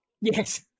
Yes